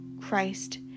Christ